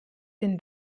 den